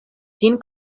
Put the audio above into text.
ĝin